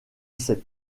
cet